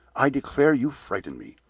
i declare you frighten me.